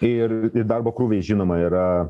ir darbo krūviai žinoma yra